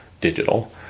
digital